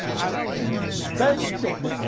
and invented